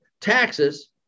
taxes